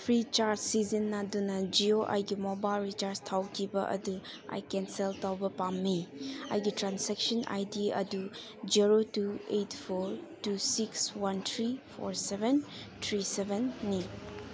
free ꯆꯥꯔꯁ ꯁꯤꯖꯤꯟꯅꯗꯨꯅ ꯖꯤꯑꯣ ꯑꯩꯒꯤ mobile recharge ꯇꯧꯈꯤꯕ ꯑꯗꯨ ꯑꯩ ꯀꯦꯟꯁꯦꯜ ꯇꯧꯕ ꯄꯥꯝꯃꯤ ꯑꯩꯒꯤ ꯇ꯭ꯔꯥꯟꯖꯦꯛꯁꯟ ꯑꯥꯏ ꯗꯤ ꯑꯗꯨ zero two eight four two six one three four seven three ꯁꯕꯦꯟꯅꯤ